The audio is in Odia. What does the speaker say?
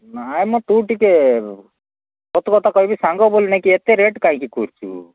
ନାଇଁ ମ ତୁ ଟିକେ ସତ କଥା କହିବି ସାଙ୍ଗ ବୋଲି ନାଇ କି ଏତେ ରେଟ୍ କାହିଁକି କରୁଛୁ